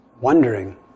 wondering